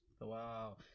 wow